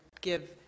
give